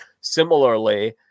Similarly